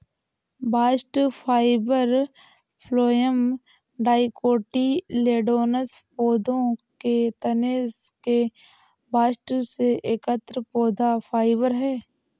bast fibre phloem dicotyledonous पौधों के तने के बास्ट से एकत्र पौधा फाइबर है